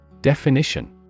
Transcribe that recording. Definition